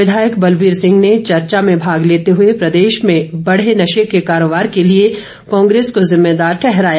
विधायक बलबीर सिंह ने चर्चा में भाग लेते हुए प्रदेश में बढ़े नशे के कारोबार के लिए कांग्रेस को जिम्मेदार ठहराया